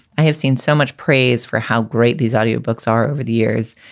i have seen so much praise for how great these audio books are over the years.